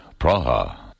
Praha